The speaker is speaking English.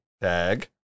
tag